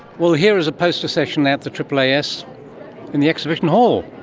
well, here is a poster session at the aaas in the exhibition hall.